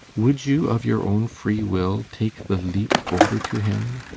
would you, of your own free will, take the leap over to him?